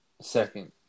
second